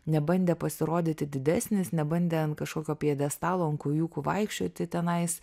nebandė pasirodyti didesnis nebandė ant kažkokio pjedestalo ant kojūkų vaikščioti tenais